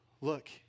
Look